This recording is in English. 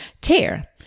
tear